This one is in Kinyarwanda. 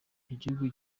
igihugu